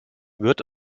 wird